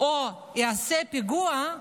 או יעשה פיגוע,